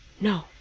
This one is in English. No